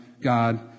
God